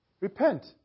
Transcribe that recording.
Repent